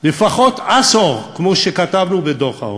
לפחות עשור, כמו שכתבנו בדוח העוני,